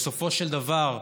בסופו של דבר,